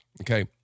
Okay